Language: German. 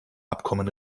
abkommen